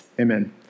Amen